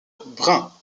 brun